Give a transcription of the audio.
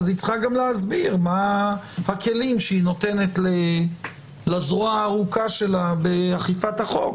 היא צריכה גם להסביר מה הכלים שהיא נותנת לזרוע הארוכה שלה באכיפת החוק,